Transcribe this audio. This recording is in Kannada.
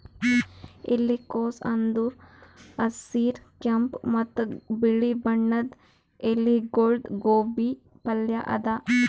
ಎಲಿಕೋಸ್ ಅಂದುರ್ ಹಸಿರ್, ಕೆಂಪ ಮತ್ತ ಬಿಳಿ ಬಣ್ಣದ ಎಲಿಗೊಳ್ದು ಗೋಬಿ ಪಲ್ಯ ಅದಾ